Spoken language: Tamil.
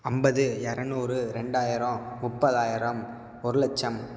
ஐம்பது இரநூறு ரெண்டாயிரம் முப்பதாயிரம் ஒரு லட்சம்